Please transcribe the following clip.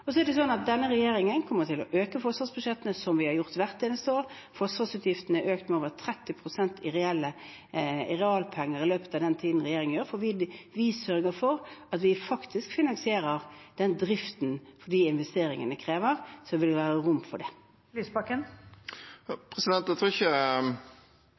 er slik at denne regjeringen kommer til å øke forsvarsbudsjettene, som vi har gjort hvert eneste år. Forsvarsutgiftene er økt med over 30 pst. i realpenger i løpet av denne tiden. For vi sørger for at vi faktisk finansierer den driften som de investeringene krever. Så det vil være rom for det. Audun Lysbakken – til oppfølgingsspørsmål. Jeg